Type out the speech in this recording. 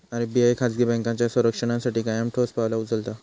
RBI खाजगी बँकांच्या संरक्षणासाठी कायम ठोस पावला उचलता